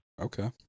Okay